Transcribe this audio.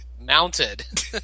mounted